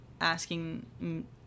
asking